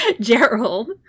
gerald